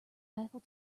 eiffel